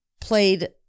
played